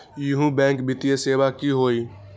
इहु बैंक वित्तीय सेवा की होई?